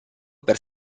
per